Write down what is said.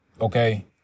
Okay